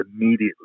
immediately